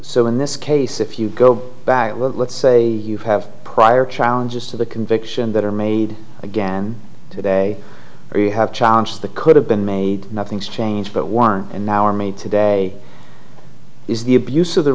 so in this case if you go back let's say you have prior challenges to the conviction that are made again today or you have challenge the could have been made nothing's changed but war and now are made today is the abuse of the